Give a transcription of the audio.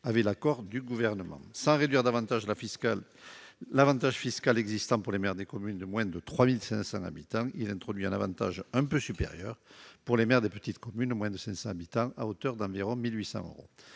avec l'accord du Gouvernement. Sans réduire plus l'avantage fiscal qui existe pour les maires des communes de moins de 3 500 habitants, il est suggéré d'introduire un avantage un peu supérieur pour les maires des petites communes de moins de 500 habitants, à hauteur d'environ 1 800 euros.